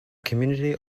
community